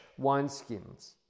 wineskins